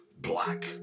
Black